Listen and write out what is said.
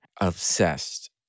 Obsessed